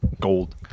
gold